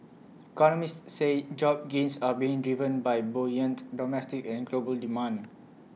economists say job gains are being given by buoyant domestic and global demand